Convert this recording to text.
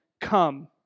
come